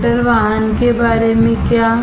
motor वाहन के बारे में क्या